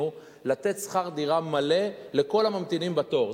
לתת שכר דירה מלא לכל הממתינים בתור.